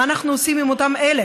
מה אנחנו עושים עם אלה?